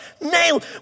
nail